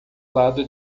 lado